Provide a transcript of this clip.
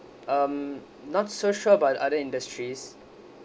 um not so sure about other industries